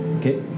Okay